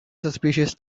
suspicious